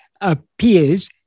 appears